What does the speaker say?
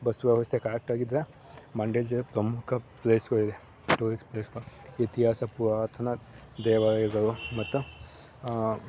bus ವ್ಯವಸ್ಥೆ ಪ್ರಮುಖ ಪ್ಲೇಸ್ಗಳಿವೆ ಟೂರಿಸ್ ಪ್ಲೇಸ್ಗಳು ಇತಿಹಾಸ ಪುರಾತನ ದೇವಾಲಯಗಳು ಮತ್ತು